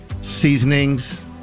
seasonings